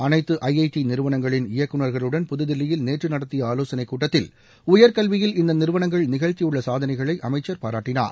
அனைத்து ஐஐடி நிறுவனங்களின் இயக்குநர்களுடன் புதுதில்லியில் நேற்று நடத்திய ஆலோசனை கூட்டத்தில் உயர்கல்வியில் இந்த நிறுவனங்கள் நிகழ்த்தியுள்ள சாதனைகளை அமைச்சர் பாராட்டினார்